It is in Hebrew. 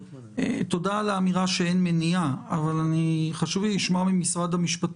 תודה על האמירה שאין מניעה, אבל האם בחלוף הזמן